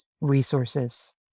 resources